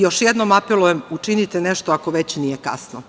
Još jednom apelujem – učinite nešto ako već nije kasno.